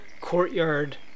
courtyard